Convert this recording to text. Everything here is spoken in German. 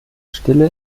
stille